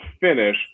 finish